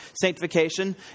sanctification